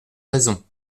raisons